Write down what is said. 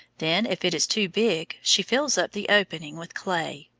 then, if it is too big, she fills up the opening with clay,